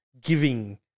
giving